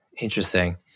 Interesting